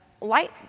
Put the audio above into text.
light